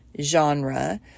genre